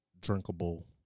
drinkable